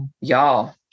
y'all